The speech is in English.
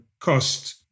cost